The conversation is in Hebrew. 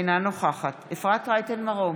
אינה נוכחת אפרת רייטן מרום,